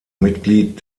mitglied